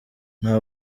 nta